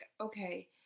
okay